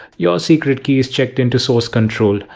your secret key is checked into source control.